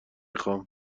خوام